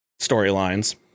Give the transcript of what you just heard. storylines